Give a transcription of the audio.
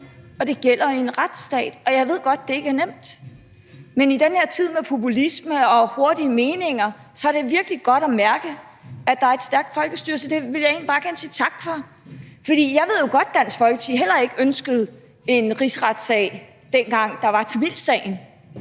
at det gælder i en retsstat. Jeg ved godt, at det ikke er nemt, men i den her tid med populisme og hurtige meninger er det virkelig godt at mærke, at der er et stærkt folkestyre, så det vil jeg egentlig bare gerne sige tak for. Jeg ved jo godt, at Dansk Folkeparti heller ikke ønskede en rigsretssag, dengang der var tamilsagen.